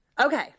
Okay